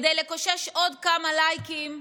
כדי לקושש עוד כמה לייקים,